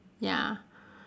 ya